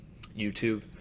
YouTube